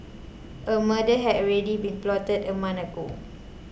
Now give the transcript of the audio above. a murder had already been plotted a month ago